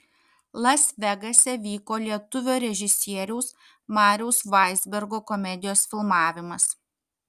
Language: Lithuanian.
las vegase vyko lietuvio režisieriaus mariaus vaizbergo komedijos filmavimas